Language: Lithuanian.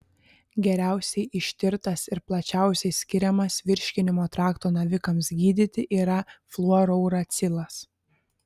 geriausiai ištirtas ir plačiausiai skiriamas virškinimo trakto navikams gydyti yra fluorouracilas